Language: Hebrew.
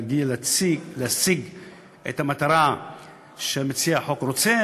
להשיג את המטרה שמציע החוק רוצה,